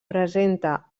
presenta